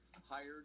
hired